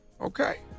Okay